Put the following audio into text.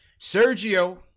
Sergio